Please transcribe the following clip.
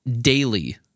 daily